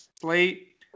slate